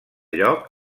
lloc